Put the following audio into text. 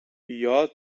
jag